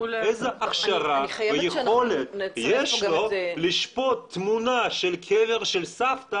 איזה הכשרה או יכולת יש לו לשפוט תמונה של קבר של סבתא,